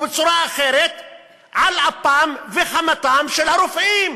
בצורה אחרת על אפם וחמתם של הרופאים.